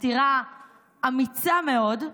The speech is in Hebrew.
עתירה אמיצה מאוד,